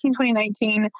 2019